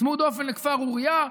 צמוד דופן לכפר אוריה.